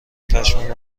پشمام